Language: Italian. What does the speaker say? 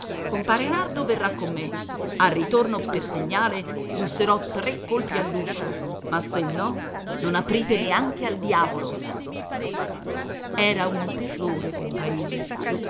compare nardo verrà con me al ritorno per segnale busserò tre colpi all'uscio ma se no non aprite neanche al diavolo era un terrore pel paese